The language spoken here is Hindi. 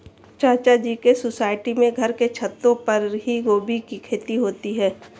चाचा जी के सोसाइटी में घर के छतों पर ही गोभी की खेती होती है